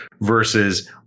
versus